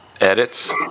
edits